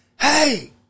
hey